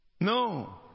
No